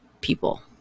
people